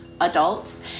adults